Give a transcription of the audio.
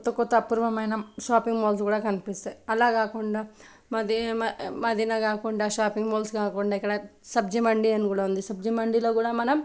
కొత్త కొత్త అపూర్వమైన షాపింగ్ మాల్స్ కూడా కనిపిస్తాయి అలా కాకుండా మది మ మదీనా కాకుండా షాపింగ్ మాల్స్ కాకుండా ఇక్కడ సబ్జీ మండీ అని కూడా ఉంది సబ్జీ మండిలో కూడా మనం